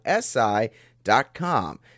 SI.com